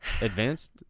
advanced